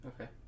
Okay